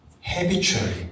habitually